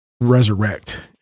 resurrect